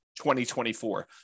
2024